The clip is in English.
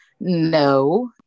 No